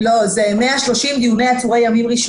זה 130 דיונים ראשונים של עצורי ימים.